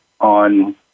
on